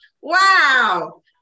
wow